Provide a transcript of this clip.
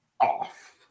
off